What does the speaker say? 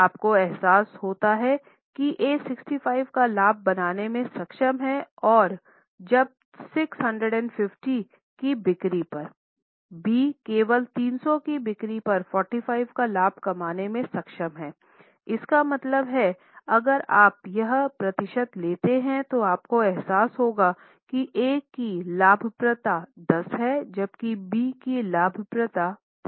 आपको एहसास होता है कि A 65 का लाभ बनाने में सक्षम है जब 650 की बिक्री पर B केवल 300 की बिक्री पर 45 का लाभ कमाने में सक्षम है इसका मतलब है अगर आप यहां प्रतिशत लेते हैं तो आपको एहसास होगा कि A की लाभप्रदता 10 है जबकि B की लाभप्रदता 15 प्रतिशत है